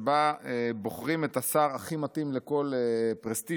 שבה בוחרים את השר הכי מתאים לכל פרסטיז'ה,